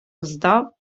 роздав